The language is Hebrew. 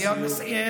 אני מייד מסיים.